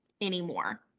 anymore